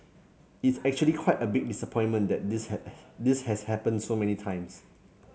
it's actually quite a big disappointment that this had this has happened so many times